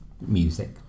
music